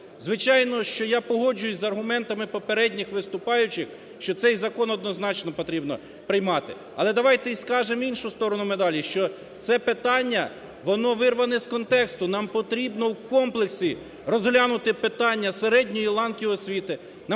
Звичайно, що я погоджуюся з аргументами попередніх виступаючих, що цей закон однозначно потрібно приймати. Але давайте скажемо і іншу сторону медалі, що це питання, воно вирвано з контексту, нам потрібно у комплексі розглянути питання середньої ланки освіти,